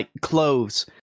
clothes